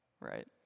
right